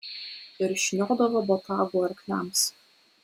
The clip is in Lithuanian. ir šniodavo botagu arkliams